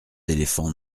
éléphants